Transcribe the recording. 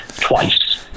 twice